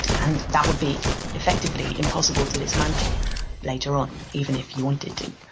and that would be effectively impossible to dismantle later on, even if you wanted to.